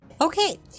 Okay